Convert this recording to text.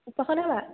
উপাসনা বা